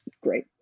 great